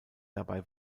dabei